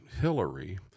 Hillary